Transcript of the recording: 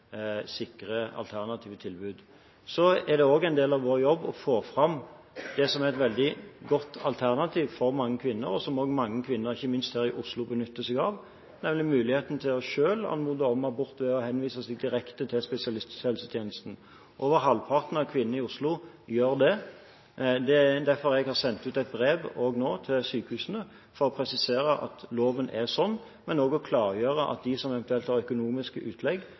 alternative tilbud. Det er en del av vår jobb å få fram det som er et veldig godt alternativ for mange kvinner, og som òg mange kvinner, ikke minst her i Oslo, benytter seg av, nemlig muligheten til selv å anmode om abort ved å henvende seg direkte til spesialisthelsetjenesten. Over halvparten av kvinnene i Oslo gjør det. Det er også derfor jeg nå har sendt ut et brev til sykehusene, for å presisere at loven er sånn, men også for å klargjøre at de som eventuelt har økonomiske utlegg